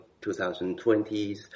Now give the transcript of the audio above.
2020s